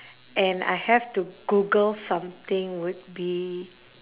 and I have to google something would be